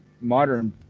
modern